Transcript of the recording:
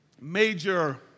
Major